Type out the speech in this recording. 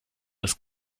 das